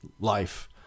life